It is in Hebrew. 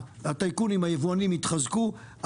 הטייקונים היבואנים יתחזקו,